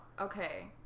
Okay